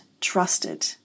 trusted